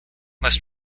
must